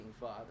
Father